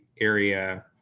area